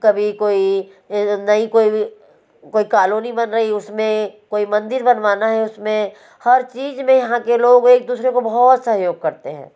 कभी कोई कोई भी कॉलोनी बन रही है उसमें कोई मंदिर बनवाना है उसमें हर चीज में यहाँ के लोग एक दूसरे को बहुत सहयोग करते हैं